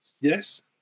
yes